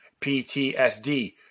PTSD